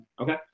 Okay